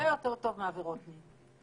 הרבה יותר טוב מעבירות מין.